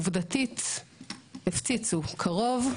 עובדתית הפציצו קרוב,